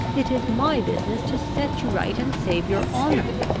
it is my business to set you right and save your honour.